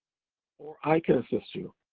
or i can assist you.